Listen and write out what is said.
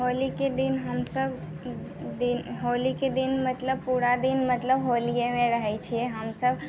होलीके दिन हम सभ दिन होलीके दिन मतलब पूरा दिन मतलब होलियैमे रहै छियै हम सभ